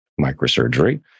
microsurgery